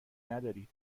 ندارین